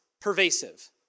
pervasive